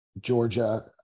Georgia